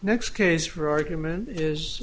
next case for argument is